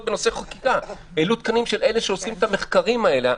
בנושא חקיקה של אלה שעושים את המחקרים האלה.